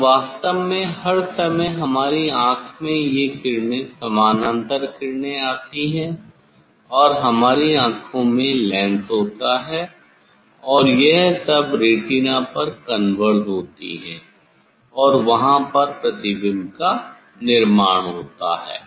अब वास्तव में हर समय हमारी आंख में ये किरणें समानांतर किरणें आती है और हमारी आंखों में लेंस होता है और यह सब रेटिना पर कन्वर्ज होती है और वहां पर प्रतिबिंब निर्माण होता है